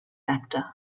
factor